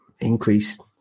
Increased